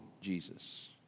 Jesus